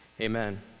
amen